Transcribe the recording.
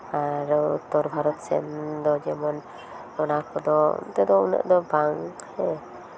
ᱟᱨ ᱩᱛᱛᱚᱨ ᱵᱷᱟᱨᱚᱛ ᱥᱮᱱᱫᱚ ᱡᱮᱢᱚᱱ ᱚᱱᱟ ᱠᱚᱫᱚ ᱚᱱᱛᱮ ᱫᱚ ᱩᱱᱟᱹᱜ ᱫᱚ ᱵᱟᱝ ᱦᱮᱸ